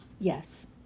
Yes